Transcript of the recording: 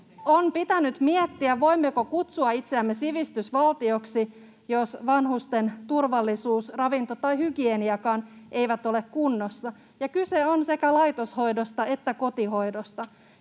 On pitänyt miettiä, voimmeko kutsua itseämme sivistysvaltioksi, jos vanhusten turvallisuus, ravinto tai hygieniakaan eivät ole kunnossa, ja kyse on sekä laitoshoidosta että kotihoidosta.